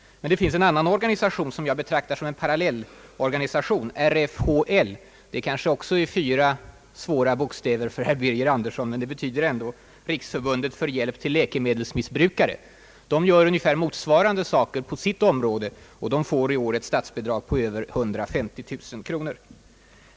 Men det finns en annan organisation som jag delvis betraktar som en parallellorganisation, nämligen RFHL. Det är kanske också fyra svåra bokstäver för herr Birger Andersson, men de betyder Riksförbundet för hjälp till läkemedelsmissbrukare. Denna organisation utför ungefär motsvarande arbete på sitt område, och den får i år ett statsbidrag på över 150 000 kronor.